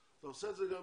אתה עושה את זה גם